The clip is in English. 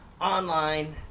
online